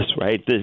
right